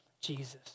Jesus